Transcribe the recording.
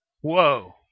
whoa